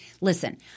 listen